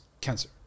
cancer